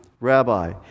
rabbi